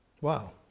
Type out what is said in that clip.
Wow